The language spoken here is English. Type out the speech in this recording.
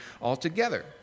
altogether